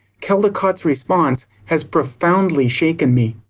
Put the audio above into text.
caldicott's response has profoundly shaken me.